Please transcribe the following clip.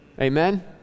Amen